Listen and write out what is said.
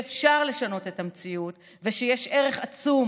שאפשר לשנות את המציאות ושיש ערך עצום